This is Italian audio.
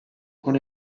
con